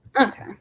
Okay